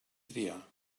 triar